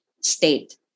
state